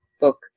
book